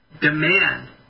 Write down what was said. Demand